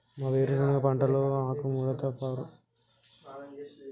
మా వేరుశెనగ పంటలో ఆకుముడత పురుగు నివారణకు ఎటువంటి పద్దతులను వాడాలే?